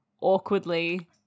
awkwardly